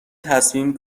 تصمیم